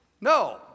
No